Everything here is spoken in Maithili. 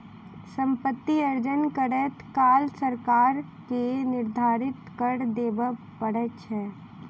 सम्पति अर्जन करैत काल सरकार के निर्धारित कर देबअ पड़ैत छै